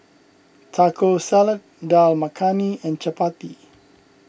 Taco Salad Dal Makhani and Chapati